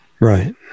Right